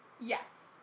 Yes